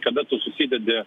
kada tu susidedi